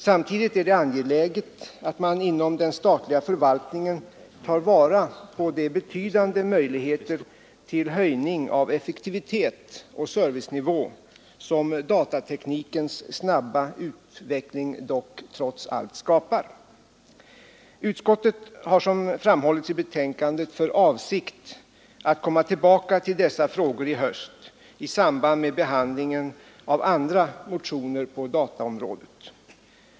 Samtidigt är det angeläget att man inom den statliga förvaltningen tar vara på de betydande möjligheter till höjning av effektivitet och servicenivå som datateknikens snabba utveckling trots allt skapar. Utskottet har, som framhållits i betänkandet, för avsikt att komma tillbaka till dessa frågor i höst i samband med behandlingen av andra motioner på dataområdet.